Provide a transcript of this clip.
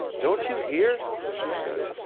don't you hear? she said.